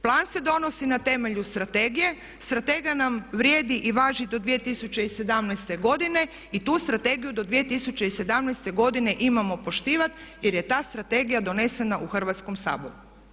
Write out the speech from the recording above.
Plan se donosi na temelju strategije, strategija nam vrijedi i važi do 2017. godine i tu strategiju do 2017. godine imamo poštivati jer je ta strategija donesena u Hrvatskom saboru.